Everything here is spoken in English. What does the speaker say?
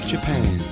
Japan